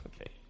okay